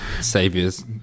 saviors